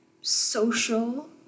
social